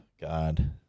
God